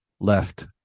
left